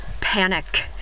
panic